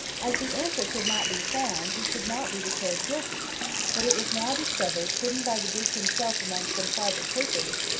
as the answer could not be found, he could not be declared guilty but it was now discovered, hidden by the duke himself among some private papers,